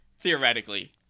theoretically